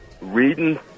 reading